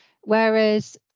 Whereas